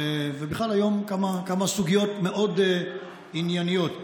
ובכלל היום היו כמה סוגיות ענייניות מאוד.